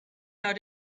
how